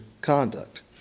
conduct